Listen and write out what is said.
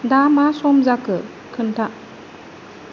दा मा सम जाखो खोन्था